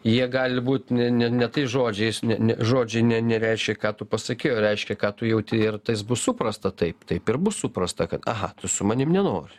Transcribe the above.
jie gali būt ne ne tais žodžiais ne ne žodžiai ne nereiškia ką tu pasakei o reiškia ką tu jauti ir tais bus suprasta taip taip ir bus suprasta kad aha tu su manim nenori